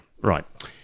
Right